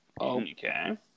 Okay